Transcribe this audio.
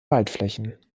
waldflächen